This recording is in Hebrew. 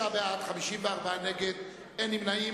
בעד, 39, נגד, 54, אין נמנעים.